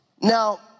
Now